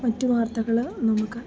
മറ്റു വാർത്തകൾ നമുക്ക്